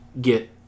get